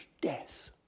death